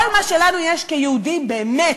כל מה שלנו יש, כיהודים, באמת,